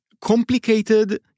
complicated